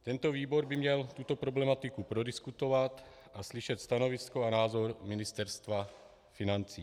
Tento výbor by měl tuto problematiku prodiskutovat a slyšet stanovisko a názor Ministerstva financí.